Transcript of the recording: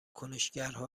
کنشگرها